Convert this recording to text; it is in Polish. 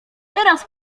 teraz